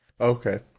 Okay